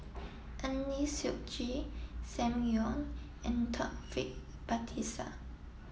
Eng Lee Seok Chee Sam Leong and Taufik Batisah